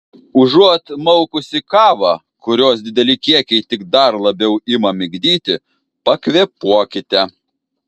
užuot maukusi kavą kurios dideli kiekiai tik dar labiau ima migdyti pakvėpuokite